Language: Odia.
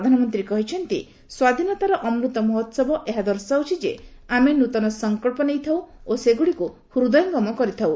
ପ୍ରଧାନମନ୍ତ୍ରୀ କହିଛନ୍ତି ସ୍ୱାଧୀନତାର 'ଅମୃତ ମହୋହବ' ଏହା ଦର୍ଶାଉଛି ଯେ ଆମେ ନୂତନ ସଙ୍କ୍ସ ନେଇଥାଉ ଓ ସେଗୁଡ଼ିକୁ ହୃଦୟଙ୍ଗମ କରିଥାଉ